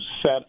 set